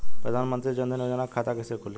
प्रधान मंत्री जनधन योजना के खाता कैसे खुली?